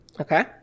Okay